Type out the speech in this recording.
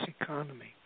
economy